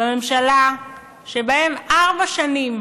בממשלה שבמשך ארבע שנים